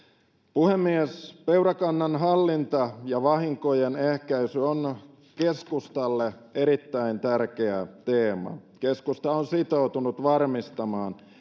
puhemies peurakannan hallinta ja vahinkojen ehkäisy on keskustalle erittäin tärkeä teema keskusta on sitoutunut varmistamaan